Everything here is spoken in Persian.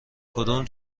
کدوم